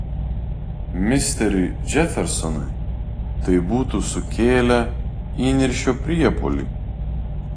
misteriui džefersonui tai būtų sukėlę įniršio priepuolį